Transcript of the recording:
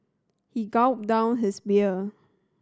he gulped down his beer